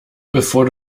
bevor